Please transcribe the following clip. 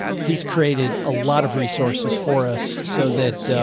he's created a lot of resources for us so that,